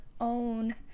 own